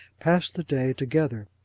pass the day together.